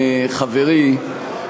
חברי,